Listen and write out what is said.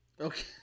Okay